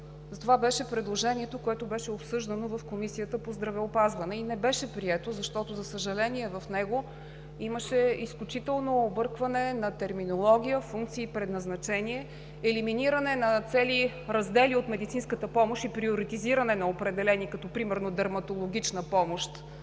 Това беше предложението, което беше обсъждано в Комисията по здравеопазването и не беше прието, защото, за съжаление, в него имаше изключително объркване на терминология, функции и предназначение, елиминиране на цели раздели от медицинската помощ и приоритизиране на определени, като примерно дерматологична помощ